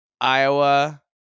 Iowa